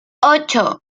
ocho